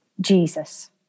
jesus